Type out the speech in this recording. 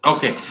Okay